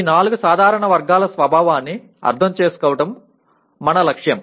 ఈ నాలుగు సాధారణ వర్గాల స్వభావాన్ని అర్థం చేసుకోవడం మన లక్ష్యం